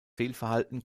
fehlverhalten